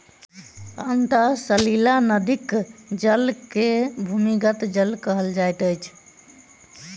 अंतः सलीला नदीक जल के भूमिगत जल कहल जाइत अछि